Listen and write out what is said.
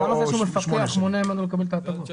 למה המפקח מונע ממנו לקבל את ההטבות?